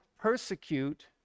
persecute